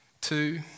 Two